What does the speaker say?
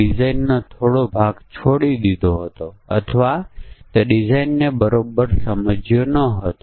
જો આપણી પાસે વધુ જટિલ સમસ્યાઓ માટે તો મધ્યવર્તી નોડનાં બહુવિધ સ્તરો હોઈ શકે છે